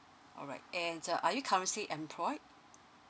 alright and uh are you currently employed